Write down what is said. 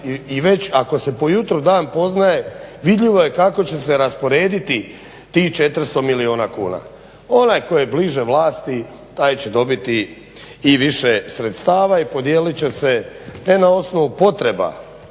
i već ako se po jutru dan poznaje, vidljivo je kako će se rasporediti tih 400 milijuna kuna. Onaj tko je bliže vlasti taj će dobiti i više sredstava i podijelit će se ne na osnovu potreba